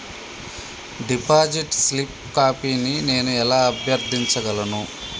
Deposit slip కాపీని నేను ఎలా అభ్యర్థించగలను?